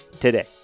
today